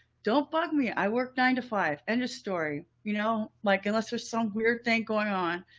don't bug me. i work nine to five and your story, you know, like unless there's some weird thing going on,